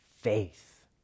faith